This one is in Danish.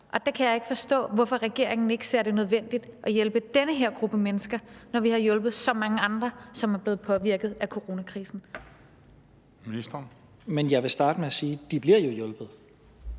Og så kan jeg ikke forstå, hvorfor regeringen ikke ser det som nødvendigt at hjælpe den her gruppe mennesker, når vi har hjulpet så mange andre, som er blevet påvirket af coronakrisen. Kl. 20:07 Den fg. formand (Christian Juhl): Ministeren.